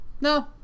no